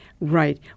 Right